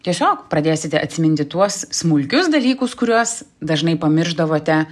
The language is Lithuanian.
tiesiog pradėsite atsiminti tuos smulkius dalykus kuriuos dažnai pamiršdavote